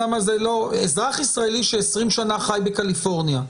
אזרח ישראלי שחי עשרים שנים בקליפורניה,